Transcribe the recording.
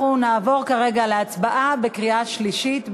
אנחנו נעבור כרגע להצבעה בקריאה שלישית.